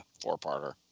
four-parter